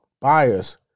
buyers